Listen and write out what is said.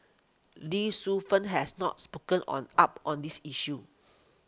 Lee Suet Fern has not spoken on up on this issue